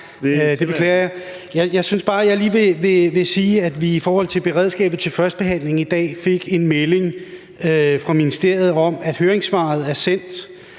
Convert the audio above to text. lige vil sige, at vi i forhold til beredskabet til førstebehandlingen i dag fik en melding fra ministeriet om, at høringssvaret er sendt.